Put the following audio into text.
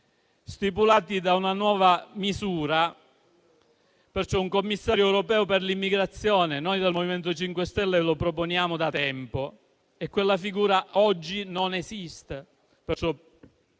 stipulati da una nuova figura, un commissario europeo per l'immigrazione. Noi del MoVimento 5 Stelle la proponiamo da tempo, ma questa figura ad oggi non esiste; provi